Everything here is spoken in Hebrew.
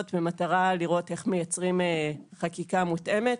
במטרה לראות איך מייצרים חקיקה מותאמת.